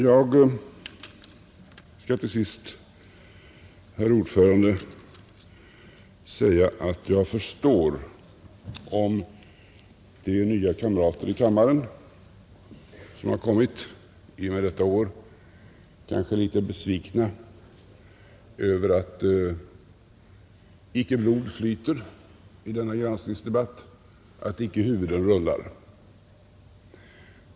Jag skall till sist säga, herr talman, att jag förstår om de nya kamrater i kammaren som har kommit detta år kanske är litet besvikna över att inte blod flyter i denna granskningsdebatt, att icke huvuden rullar.